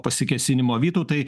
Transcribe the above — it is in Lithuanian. pasikėsinimo vytautai